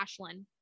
Ashlyn